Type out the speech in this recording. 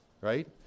right